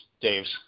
Dave's